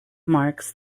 marks